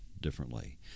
differently